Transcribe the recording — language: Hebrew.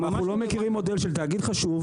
אנחנו לא מכירים מודל של תאגיד חשוב,